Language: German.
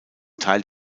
teil